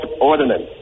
Ordinance